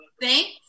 Thanks